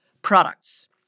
products